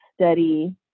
study